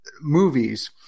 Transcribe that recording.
movies